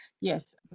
yes